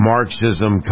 Marxism